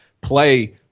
play